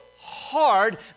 hard